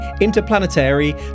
Interplanetary